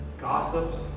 gossips